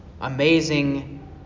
amazing